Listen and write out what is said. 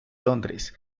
londres